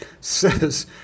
says